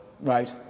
Right